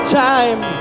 time